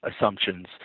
assumptions